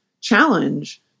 challenge